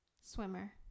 swimmer